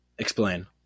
Explain